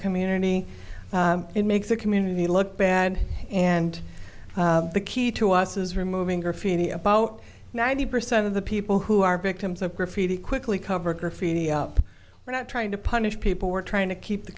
community it makes the community look bad and the key to us is removing graffiti about ninety percent of the people who are victims of graffiti quickly cover graffiti up we're not trying to punish people we're trying to keep the